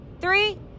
three